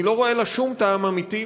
אני לא רואה לה שום טעם אמיתי,